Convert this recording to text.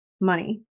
money